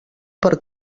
per